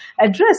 address